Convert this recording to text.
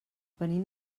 venim